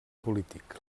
polític